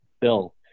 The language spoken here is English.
Bill